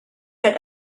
had